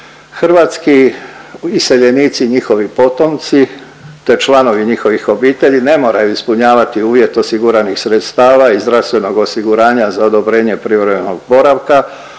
Hrvatski iseljenici i njihovi potomci te članovi njihovih obitelji ne moraju ispunjavati uvjet osiguranih sredstva i zdravstvenog osiguranja za odobrenje privremenog boravka,